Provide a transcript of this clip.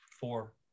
Four